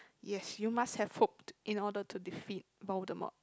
yes you must have hope in order to defeat Voldermot